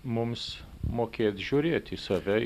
mums mokėt žiūrėti į save